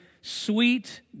sweet